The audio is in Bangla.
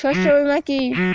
শস্য বীমা কি?